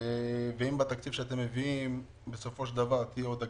האם בתקציב שאתם מביאים תהיה עוד הגדלה?